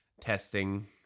Testing